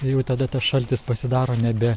ir jau tada tas šaltis pasidaro nebe